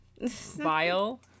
vile